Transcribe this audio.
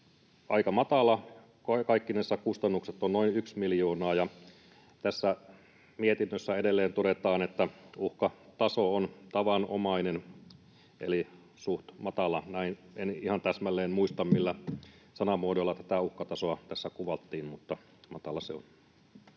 aika matala, kaikkinensa kustannukset ovat noin yksi miljoonaa. Ja tässä mietinnössä edelleen todetaan, että uhkataso on tavanomainen eli suht matala — en ihan täsmälleen muista, millä sanamuodoilla tätä uhkatasoa tässä kuvattiin, mutta matala se on.